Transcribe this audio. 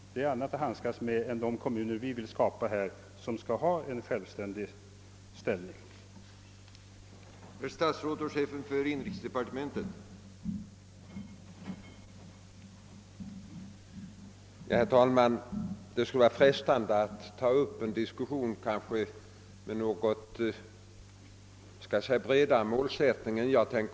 Det är något annat att handskas med än de kommuner som vi vill skapa här och som skall ha en självständig ställning